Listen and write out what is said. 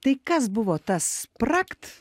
tai kas buvo tas spragt